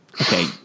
Okay